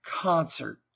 concert